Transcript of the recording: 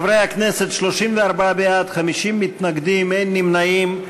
חברי הכנסת, 34 בעד, 50 מתנגדים, אין נמנעים.